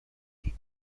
die